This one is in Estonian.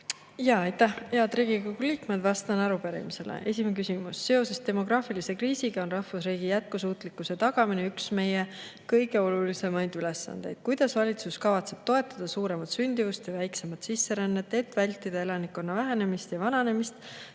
Aitäh! Head Riigikogu liikmed! Vastan arupärimisele. Esimene küsimus: "Seoses demograafilise kriisiga on rahvusriigi jätkusuutlikkuse tagamine üks meie kõige olulisemaid ülesandeid. Kuidas valitsus kavatseb toetada suuremat sündivust ja väiksemat sisserännet, et vältida elanikkonna vähenemist ja vananemist,